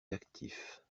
d’actifs